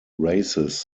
races